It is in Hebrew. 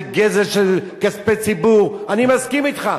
זה גזל של כספי ציבור, אני מסכים אתך.